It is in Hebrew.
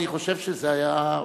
אני חושב שזה היה,